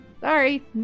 sorry